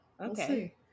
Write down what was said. okay